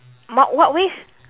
what ways